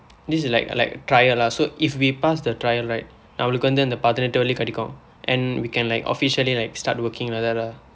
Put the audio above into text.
this is like like trial lah so if we pass the trial right நம்மலுக்கு வந்து அந்த பதினெட்டு வெள்ளி கிடைக்கும்:nammalukku vandthu andtha pathinetdu velli kidaikkum and we can like officially like start working like that lah